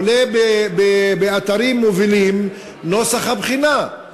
באתרים מובילים נוסח הבחינה,